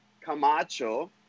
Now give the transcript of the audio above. Camacho